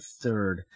third